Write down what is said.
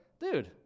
dude